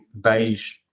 beige